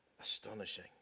astonishing